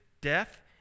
death